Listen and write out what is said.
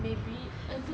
maybe